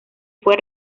fue